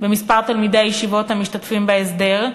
במספר תלמידי הישיבות המשתתפים בהסדר,